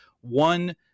one